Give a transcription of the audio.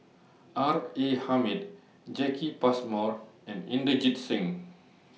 R A Hamid Jacki Passmore and Inderjit Singh